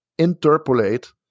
interpolate